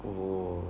oh